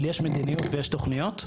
אבל יש מדיניות ויש תוכניות.